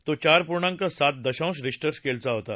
तो चार पूर्णांक सात दशांश रिश्टर स्केलचा होता